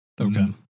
Okay